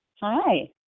Hi